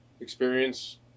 Experience